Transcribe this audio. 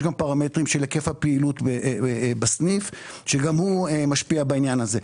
גם פרמטרים של היקף הפעילות בסניף שגם היא משפיעה בעניין הזה.